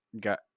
got